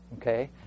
okay